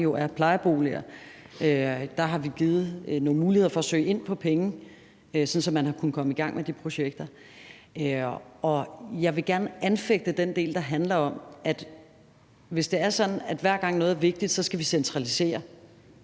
jo er plejeboliger, har givet nogle muligheder for at søge om penge, sådan at man har kunnet komme i gang med de projekter. Jeg vil gerne anfægte den del, der handler om, at hver gang noget er vigtigt, så skal vi centralisere,